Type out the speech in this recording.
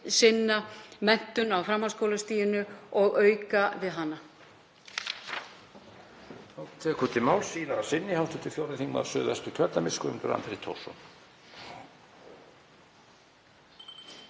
sinna menntun á framhaldsskólastiginu og auka við hana.